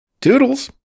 doodles